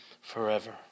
forever